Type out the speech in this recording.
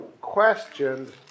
questioned